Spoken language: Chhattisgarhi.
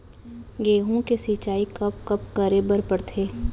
गेहूँ के सिंचाई कब कब करे बर पड़थे?